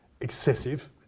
excessive